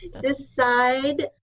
Decide